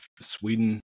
Sweden